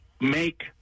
make